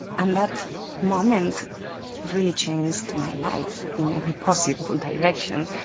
and that moment really changed my life in every possible direction.